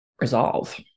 resolve